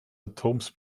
atoms